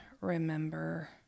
remember